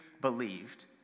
believed